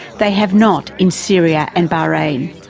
they have not in syria and bahrain.